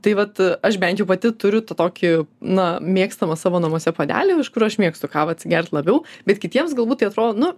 tai vat aš bent jau pati turiu tą tokį na mėgstamą savo namuose puodelį iš kur aš mėgstu kavą atsigert labiau bet kitiems galbūt tai atrodo nu